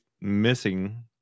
missing